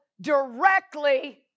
directly